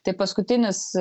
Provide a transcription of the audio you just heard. tai paskutinis